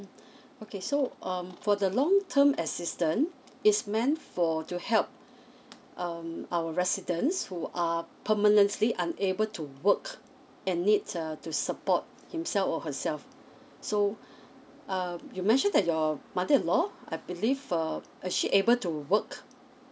okay so um for the long term assistance it's meant for to help um our residents who are permanently unable to work and needs err to support himself or herself so um you mentioned that your mother in law I believe um is she able to work